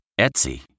Etsy